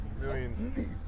millions